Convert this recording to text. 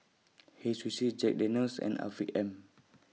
Hei Sushi Jack Daniel's and Afiq M